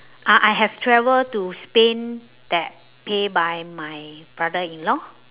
ah I have travel to spain that pay by my brother-in-law